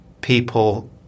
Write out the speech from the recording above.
people